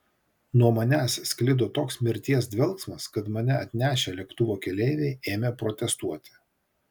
nuo manęs sklido toks mirties dvelksmas kad mane atnešę lėktuvo keleiviai ėmė protestuoti